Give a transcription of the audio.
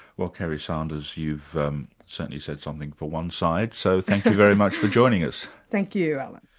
well kerry sanders, you've um certainly said something for one side, so thank you very much for joining us. thank you, alan.